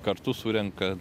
kartu surenka